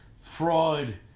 fraud